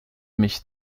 mich